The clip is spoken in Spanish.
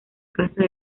casa